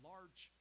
large